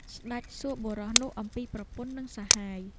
ស្ដេចសួរបុរសនោះអំពីប្រពន្ធនិងសហាយ។